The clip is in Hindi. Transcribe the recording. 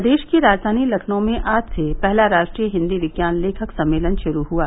प्रदेश की राजधानी लखनऊ में आज से पहला राष्ट्रीय हिन्दी विज्ञान लेखक सम्मेलन शुरू हुआ